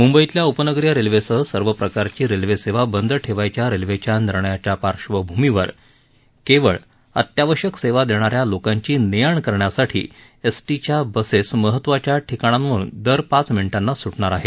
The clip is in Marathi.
मुंबईतल्या उपनगरीय रेल्वेसह सर्व प्रकारची रेल्वेसेवा बंद ठेवायच्या रेल्वेच्या निर्णयाच्या पार्श्वभूमीवर केवळ अत्यावश्यक सेवा देणा या लोकांची ने आण करण्यासाठी एसटीच्या बसेस महत्वाच्या ठिकाणांवरुन दर पाच मिनिटांना सुटणार आहेत